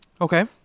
Okay